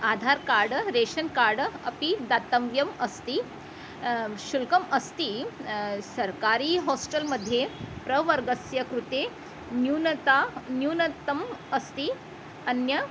Aadhaar card ration card अपि दातव्यम् अस्ति शुल्कम् अस्ति सर्कारी होस्टेल् मध्ये प्रवर्गस्य कृते न्यूनता न्यूनता अस्ति अन्यत्